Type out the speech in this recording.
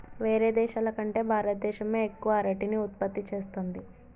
వేరే దేశాల కంటే భారత దేశమే ఎక్కువ అరటిని ఉత్పత్తి చేస్తంది